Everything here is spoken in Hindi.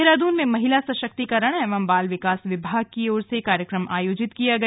देहरादून में महिला सशक्तिकरण एवं बाल विकास विभाग की ओर से कार्यक्रम आयोजित किया गया